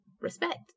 Respect